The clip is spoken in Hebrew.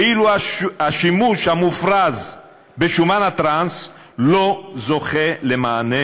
ואילו השימוש המופרז בשומן הטראנס לא זוכה למענה